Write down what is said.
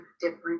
different